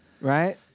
Right